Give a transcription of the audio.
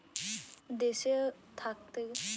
দেশে থাকতে গ্যালে অনেক রকমের ট্যাক্স দিতে হতিছে